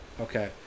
Okay